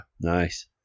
Nice